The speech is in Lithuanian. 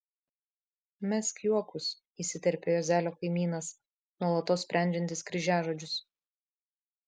mesk juokus įsiterpia juozelio kaimynas nuolatos sprendžiantis kryžiažodžius